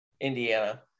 Indiana